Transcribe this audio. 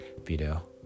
video